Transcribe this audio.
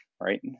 right